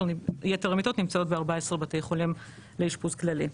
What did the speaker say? ויתר המיטות נמצאות ב-14 בתי חולים לאשפוז כללי.